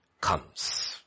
comes